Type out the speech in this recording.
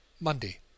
Monday